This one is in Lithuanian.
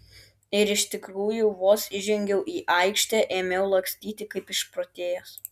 ir iš tikrųjų vos įžengiau į aikštę ėmiau lakstyti kaip išprotėjęs